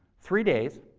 three days,